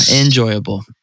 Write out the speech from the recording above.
enjoyable